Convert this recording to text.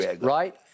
right